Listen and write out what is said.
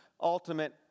ultimate